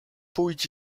pójdź